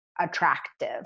attractive